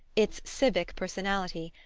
its civic personality,